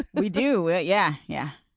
we do, yeah. yeah yeah.